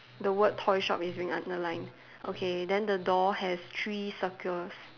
the word toy shop is being underlined okay then the door has three circles